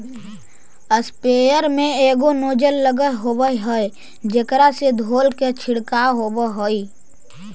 sprayer में एगो nozzle लगल होवऽ हई जेकरा से धोल के छिडकाव होवऽ हई